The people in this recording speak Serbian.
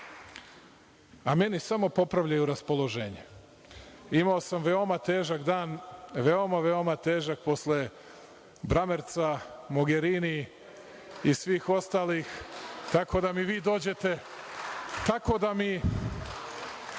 a meni samo popravljaju raspoloženje. Imao sam veoma težak dan, veoma, veoma, težak, posle Bramerca, Mogerini i svih ostalih, tako da mi odgovori vama i